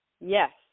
Yes